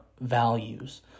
values